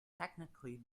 technically